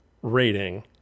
rating